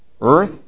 earth